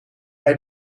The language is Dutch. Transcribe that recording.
bij